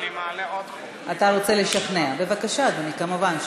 אתה רוצה לשכנע, בבקשה, אדוני, כמובן.